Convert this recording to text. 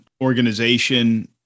organization